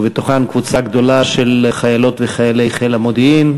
ובתוכם קבוצה גדולה של חיילות וחיילי חיל המודיעין.